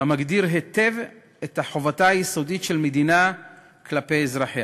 המגדיר היטב את חובתה היסודית של מדינה כלפי אזרחיה.